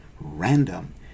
random